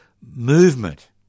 movement